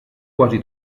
quasi